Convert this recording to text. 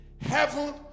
heaven